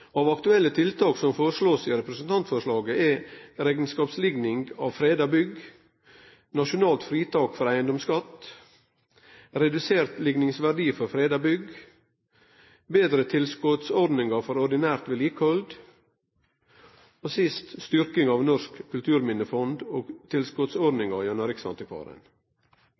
Av aktuelle tiltak som blir foreslåtte i representantforslaget, er: rekneskapslikning av freda bygg nasjonalt fritak for eigedomsskatt redusert likningsverdi for freda bygg betre tilskotsordningar for ordinært vedlikehald styrking av Norsk kulturminnefond og tilskotsordningar gjennom riksantikvaren